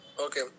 Okay